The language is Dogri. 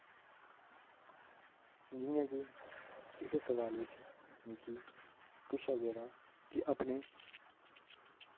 जियां की इस सवाल विच मिगी पुच्छेआ गेदा की अपने